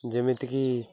ଯେମିତିକି